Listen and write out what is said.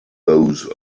those